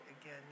again